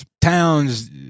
towns